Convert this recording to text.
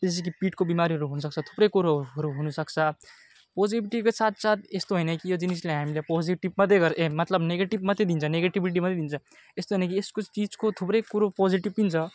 जस्तो कि पीठको बिमारीहरू हुनसक्छ थुप्रै कुरोहरू हुनसक्छ पोजिटिभको साथसाथ यस्तो होइन कि यो जिनिसलाई हामीले पोजिटिभ मात्रै गर्दैन मतलब निगेटिभ मात्रै दिन्छ निगेटिभिटी मात्रै दिन्छ यस्तो होइन कि यस्तो चिजको थुप्रै कुरो पोजिटिभ पनि छ